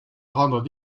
rendre